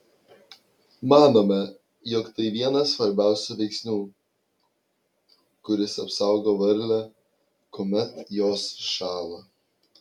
manome jog tai vienas svarbiausių veiksnių kuris apsaugo varlę kuomet jos šąla